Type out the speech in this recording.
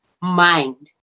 mind